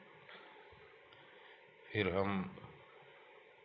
फिर हम